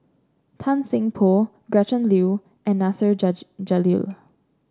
Tan Seng Poh Gretchen Liu and Nasir Jalil